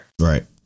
Right